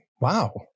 Wow